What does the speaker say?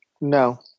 No